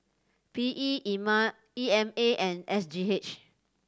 P E Ema E M A and S G H